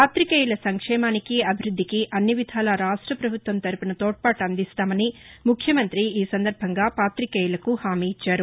పాతికేయుల సంక్షేమానికి అభివృద్దికి అన్నివిధాలా రాష్ట్రపభుత్వం తరుపున తోడ్పాటు అందిస్తామని ముఖ్యమంతి ఈ సందర్బంగా పాతికేయులకు హామీ ఇచ్చారు